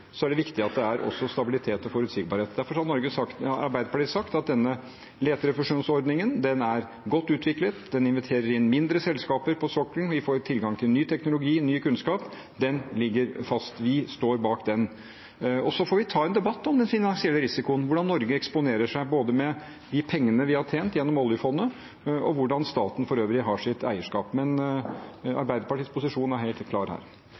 er det viktig at det også er stabilitet og forutsigbarhet. Derfor har Arbeiderpartiet sagt at leterefusjonsordningen er godt utviklet, den inviterer inn mindre selskaper på sokkelen, vi får tilgang til ny teknologi, ny kunnskap. Den ligger fast. Vi står bak den. Så får vi ta en debatt om den finansielle risikoen, hvordan Norge eksponerer seg både med de pengene vi har tjent gjennom oljefondet, og hvordan staten for øvrig har sitt eierskap. Men Arbeiderpartiets posisjon er helt klar her.